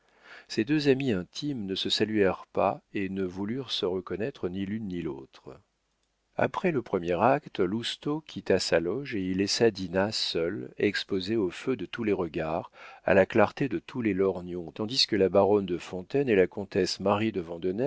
ces deux amies intimes ne se saluèrent pas et ne voulurent se reconnaître ni l'une ni l'autre après le premier acte lousteau quitta sa loge et y laissa dinah seule exposée au feu de tous les regards à la clarté de tous les lorgnons tandis que la baronne de fontaine et la comtesse marie